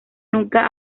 nunca